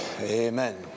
Amen